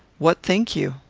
what think you?